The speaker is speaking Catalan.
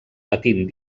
patint